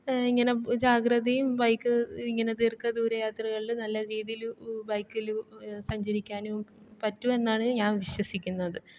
ഇങ്ങനെ ജാഗ്രതയും ബൈക്ക് ഇങ്ങനെ ദീർഘദൂര യാത്രകളിൽ നല്ലരീതിയിൽ ബൈക്കിൽ സഞ്ചരിക്കാനും പറ്റുമെന്നാണ് ഞാൻ വിശ്വസിക്കുന്നത്